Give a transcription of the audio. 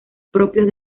propios